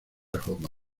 oklahoma